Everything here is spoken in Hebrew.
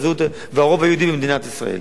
והרוב היהודי במדינת ישראל.